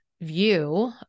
view